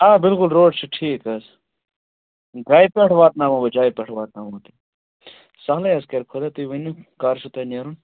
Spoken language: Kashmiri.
آ بلکل روڈ چھُ ٹھیٖک حظ جایہِ پیٚٹھ واتناوَو بہٕ جایہِ پیٚٹھ واتناوَو بہٕ تُہۍ سَہلٕے حظ کَرِ خۄدا تُہۍ ؤنِو کَر چھُ تۄہہِ نیرُن